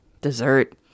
dessert